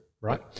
Right